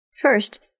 First